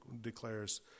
declares